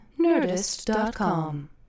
nerdist.com